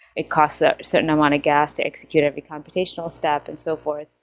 it costs a certain amount of gas to execute it every computational step and so forth.